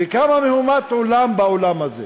וקמה מהומת עולם באולם הזה.